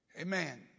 Amen